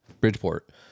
Bridgeport